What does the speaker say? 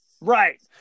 Right